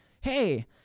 hey